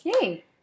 Yay